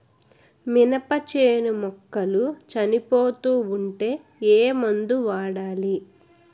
మినప చేను మొక్కలు చనిపోతూ ఉంటే ఏమందు వాడాలి?